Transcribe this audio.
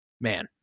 Man